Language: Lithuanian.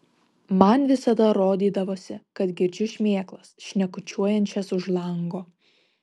man visada rodydavosi kad girdžiu šmėklas šnekučiuojančias už lango